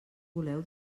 voleu